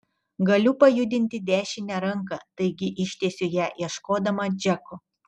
galiu pajudinti dešinę ranką taigi ištiesiu ją ieškodama džeko